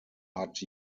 hat